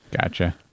gotcha